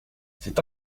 c’est